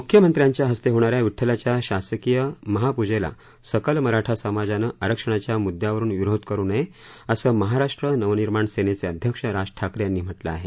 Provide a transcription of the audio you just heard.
मुख्यमंत्र्यांच्या हस्ते होणाऱ्या विठ्ठलाच्या शासकीय महापूजेला सकल मराठा समाजानं आरक्षणाच्या मुद्द्यावरून विरोध करू नये असं महाराष्ट्र नवनिर्माण सेनेचे अध्यक्ष राज ठाकरे यांनी म्हटलं आहे